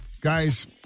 guys